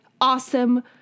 awesome